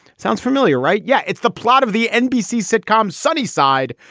sounds familiar, right? yeah. it's the plot of the nbc sitcom sunny side.